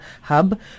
Hub